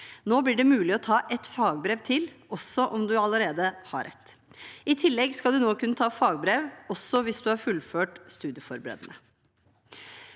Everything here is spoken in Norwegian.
Nå blir det mulig å ta et fagbrev til også om man allerede har et. I tillegg skal man nå kunne ta fagbrev også hvis man har fullført studieforberedende.